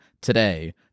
today